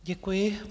Děkuji.